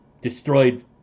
destroyed